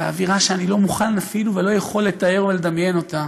באווירה שאני לא מוכן אפילו ולא יכול לתאר או לדמיין אותה,